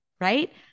right